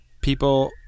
people